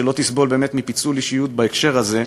לא תסבול מפיצול אישיות בהקשר הזה,